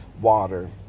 water